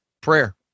prayer